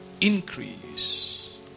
increase